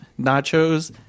nachos